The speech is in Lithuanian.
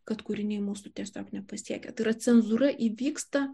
kad kūriniai mūsų tiesiog nepasiekia tai yra cenzūra įvyksta